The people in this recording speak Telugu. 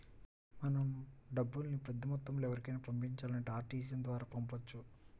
మనం డబ్బుల్ని పెద్దమొత్తంలో ఎవరికైనా పంపించాలంటే ఆర్టీజీయస్ ద్వారా పంపొచ్చు